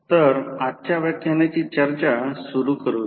तर आजच्या व्याख्यानाची चर्चा सुरू करूया